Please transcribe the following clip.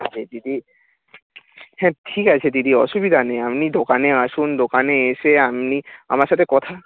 দিদি হ্যাঁ ঠিক আছে দিদি অসুবিধা নেই আপনি দোকানে আসুন দোকানে এসে আপনি আমার সাথে কথা